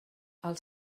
els